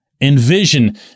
envision